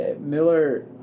Miller